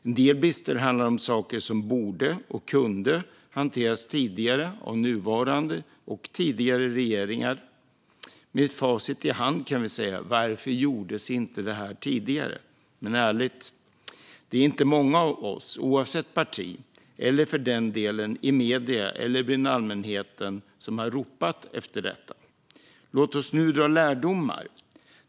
En del brister handlar om saker som borde och kunde hanterats tidigare av nuvarande och tidigare regeringar. Med facit i hand kan vi säga: Varför gjordes inte detta tidigare? Men ärligt - det är inte många av oss, oavsett parti, eller för den delen medierna eller allmänheten, som har ropat efter detta. Låt oss nu dra lärdomar.